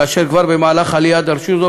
כאשר כבר במהלך העלייה דרשו זאת,